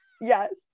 yes